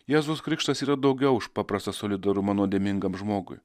jėzaus krikštas yra daugiau už paprastą solidarumą nuodėmingam žmogui